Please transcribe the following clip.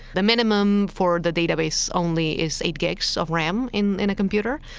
the minimum for the database only is eight gigs of ram in a computer.